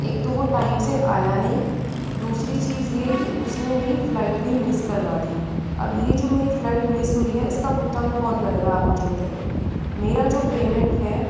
एक तो वो टाइम से आया नही दूसरी चीज़ ये के उस ने मेरी फ्लाइट भी मिस करवा दी अब ये जो मेरी फ्लाइट मिस हुई है इस का भुगतान कौन करेगा आप मुझे बताइये मेरा जो पेमेंट है